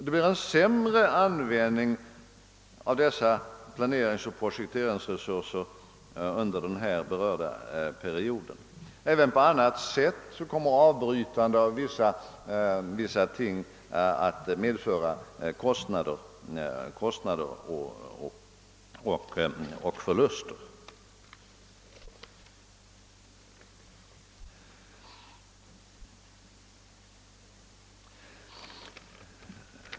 Det blir en sämre användning av dessa planeringsoch projekteringsresurser under den berörda perioden, och även på annat sätt kommer avbrytandet av vissa projekt att medföra kostnader och förluster.